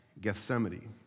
Gethsemane